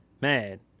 Man